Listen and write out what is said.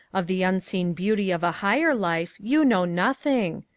of the unseen beauty of a higher life, you know nothing.